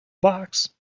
box